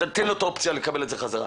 תן לו את האופציה לקבל אותו בחזרה.